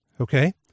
Okay